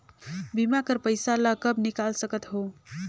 बीमा कर पइसा ला कब निकाल सकत हो?